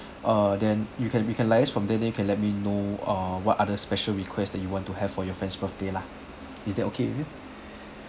uh then you can we can liaise from there then you can let me know ah what other special request that you want to have for your friend's birthday lah is that okay with you